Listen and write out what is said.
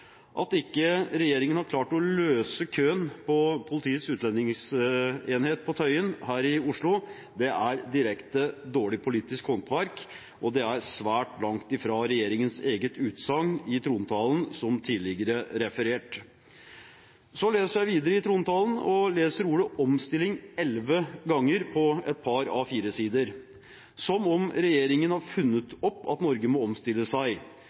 regjeringen ikke har klart å finne en løsning når det gjelder køen hos Politiets utlendingsenhet på Tøyen her i Oslo, er direkte dårlig politisk håndverk og svært langt fra regjeringens eget utsagn i trontalen, som tidligere referert. Så leser jeg videre i trontalen og leser ordet «omstilling» elleve ganger på et par A4-sider, som om regjeringen har funnet opp at Norge må omstille seg.